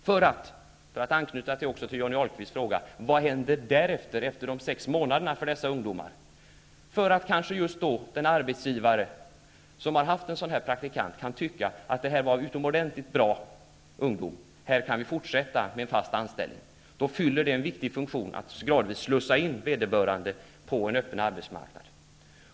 För att anknyta till Johnny Ahlqvists fråga: Vad händer efter de sex månaderna för dessa ungdomar? Den arbetsgivare som har haft en sådan här praktikant kan kanske efter sex månader anse att praktikanten var utomordentligt bra och att man kan fortsätta med en fast anställning. Detta fyller på så vis en viktig funktion genom att vederbörande gradvis slussas in på en öppen arbetsmarknad.